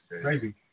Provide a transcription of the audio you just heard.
crazy